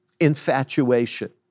infatuation